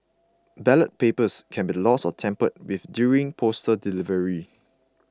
ballot papers can be lost or tampered with during postal delivery